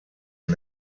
and